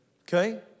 Okay